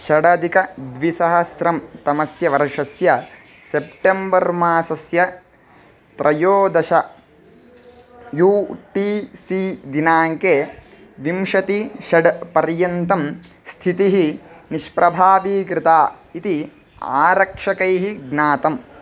षडधिकद्विसहस्रं तमस्य वर्षस्य सेप्टेम्बर् मासस्य त्रयोदश यू टी सी दिनाङ्के विंशति षट् पर्यन्तं स्थितिः निष्प्रभावीकृता इति आरक्षकैः ज्ञातम्